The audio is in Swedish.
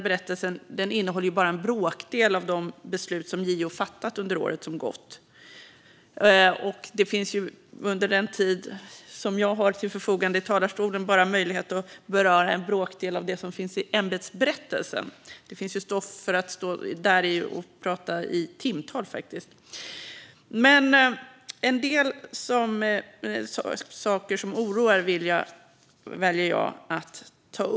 Berättelsen innehåller bara en bråkdel av de beslut som JO fattat under året som gått. Under den tid jag har till förfogande i talarstolen har jag möjlighet att beröra bara en bråkdel av det som finns med i ämbetsberättelsen - det finns stoff för att prata i timtal - men jag väljer att ta upp några saker som oroar.